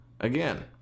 Again